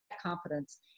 confidence